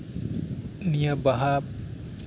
ᱱᱚᱣᱟᱹ ᱵᱟᱦᱟ